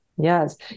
Yes